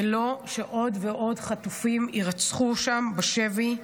ולא שעוד ועוד חטופים יירצחו שם בשבי.